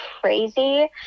crazy